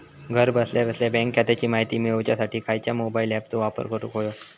घरा बसल्या बसल्या बँक खात्याची माहिती मिळाच्यासाठी खायच्या मोबाईल ॲपाचो वापर करूक होयो?